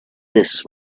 this